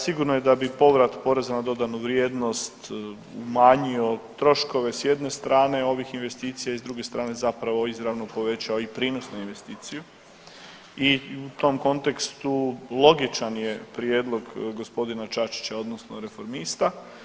Sigurno je da bi povrat poreza na dodanu vrijednost umanjio troškove s jedne strane ovih investicija i s druge strane zapravo izravno povećao i prinosnu investiciju i u tom kontekstu logičan je prijedlog g. Čačića odnosno Reformista.